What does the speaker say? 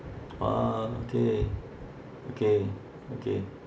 ah okay okay okay